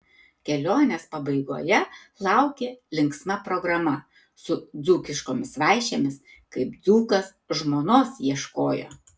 kelionės pabaigoje laukė linksma programa su dzūkiškomis vaišėmis kaip dzūkas žmonos ieškojo